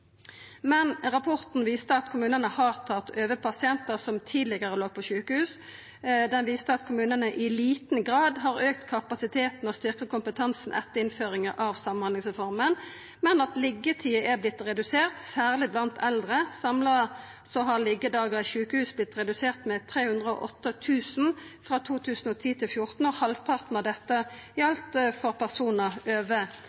Men rapporten viste at kommunane har tatt over pasientar som tidlegare låg på sjukehus. Den viste at kommunane i liten grad har auka kapasiteten og styrkt kompetansen etter innføringa av samhandlingsreforma, men at liggjetida har vorte redusert særleg blant eldre. Samla sett har talet på liggjedagar i sjukehus vorte redusert med 308 000 frå 2010–2014, og halvparten av dette gjaldt for personar over